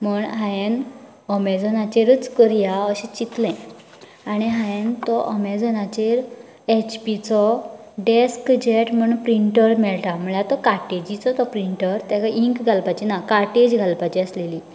म्हण हांयेन अमेजाॅनाचेरच करया अशें चितलें आनी हांयेन तो अमेजाॅनाचेर एचपीचो डेस्क जेट म्हूण प्रिन्टर मेळटा म्हळ्यार तो कार्टेजीचो तो प्रिन्टर तेका इंक घालपाचें ना कार्टेज घालपाची आसली